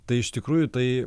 tai iš tikrųjų tai